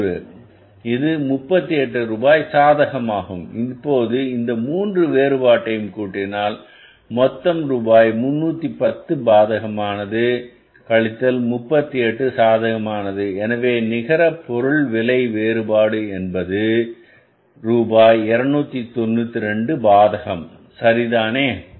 90 இது 38 ரூபாய் சாதகமாகும் இப்போது இந்த மூன்று வேறுபாட்டையும் கூட்டினால் மொத்தம் ரூபாய் 330 பாதகமானது கழித்தல் 38 சாதகமானது எனவே நிகர பொருள் விலை வேறுபாடு என்பது ரூபாய் 292 பாதகமானது சரிதானே